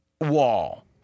wall